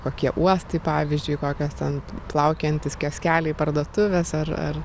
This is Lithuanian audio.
kokie uostai pavyzdžiui kokios ten plaukiojantys kioskeliai parduotuvės ar ar